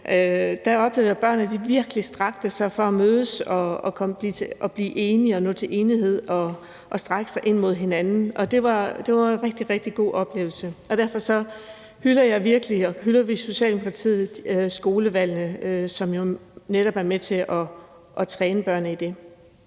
oplevede, at børnene virkelig stræbte efter at mødes og blive enige og nå til enighed og strække sig ind mod hinanden. Det var en rigtig, rigtig god oplevelse, og derfor hylder jeg og vi i Socialdemokratiet skolevalgene, som jo netop er med til at træne børnene i det,